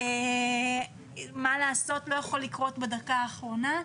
לא יכולה לקרות בדקה האחרונה.